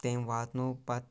تمۍ واتنو پَتہٕ